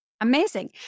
Amazing